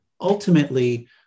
ultimately